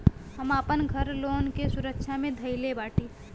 हम आपन घर लोन के सुरक्षा मे धईले बाटी